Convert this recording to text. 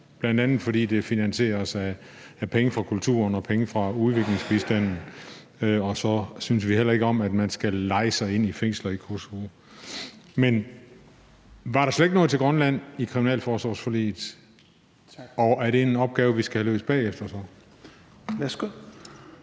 bl.a. fordi det finansieres af penge fra kulturen og penge fra udviklingsbistanden. Og så synes vi heller ikke om, at man skal leje sig ind i fængsler i Kosovo. Man var der slet ikke noget til Grønland i kriminalforsorgsforliget? Og er det en opgave, vi så skal have løst bagefter?